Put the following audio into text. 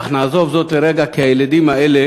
אך נעזוב זאת לרגע, כי הילדים האלה